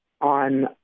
on